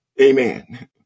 Amen